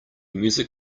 music